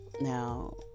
Now